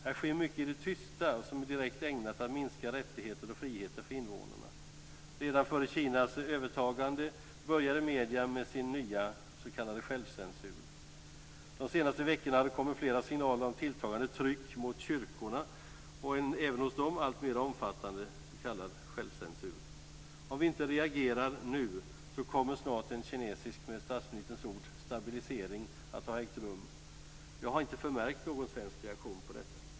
Här sker mycket i det tysta som är direkt ägnat att minska rättigheter och friheter för invånarna. Redan före Kinas övertagande började medierna med sin nya s.k. självcensur. De senaste veckorna har det kommit flera signaler om tilltagande tryck mot kyrkorna och även hos dem en alltmer omfattande s.k. självcensur. Om vi inte reagerar nu, kommer snart en kinesisk, med statsministerns ord, stabilisering att ha ägt rum. Jag har inte förmärkt någon svensk reaktion på detta.